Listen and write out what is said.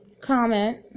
Comment